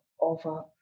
over